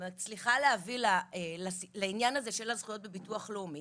מצליחה להביא לעניין הזה של הזכויות בביטוח לאומי